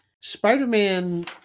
Spider-Man